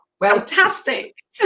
fantastic